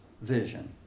vision